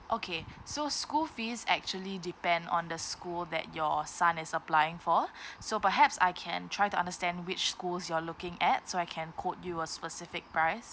okay so school fees actually depend on the school that your son is applying for so perhaps I can try to understand which schools you're looking at so I can quote you a specific price